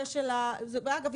אגב,